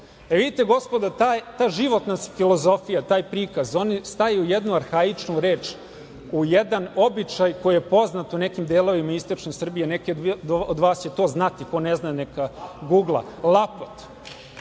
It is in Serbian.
države. Gospodo, ta životna filozofija, taj prikaz staje u jednu arhaičnu reč, u jedan običaj koji je poznat u nekim delovima istočne Srbije, neki od vas će to znati, ko ne zna neka gugla, lapot.